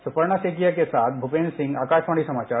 सुपर्णा सेकिया के साथ भूपेन्द्र सिंह आकाशवाणी समाचार